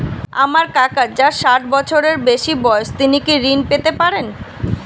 আমার কাকা যার ষাঠ বছরের বেশি বয়স তিনি কি ঋন পেতে পারেন?